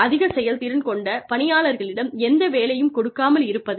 அதிக செயல்திறன் கொண்ட பணியாளர்களிடம் எந்த வேலையும் கொடுக்காமல் இருப்பது